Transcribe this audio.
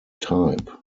type